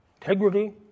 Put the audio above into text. integrity